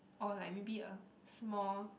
or like maybe a small